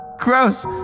Gross